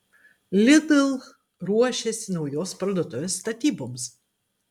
lidl ruošiasi naujos parduotuvės statyboms